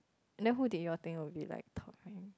then who did you all think will be like top marry